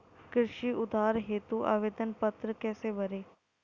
कृषि उधार हेतु आवेदन पत्र कैसे भरें?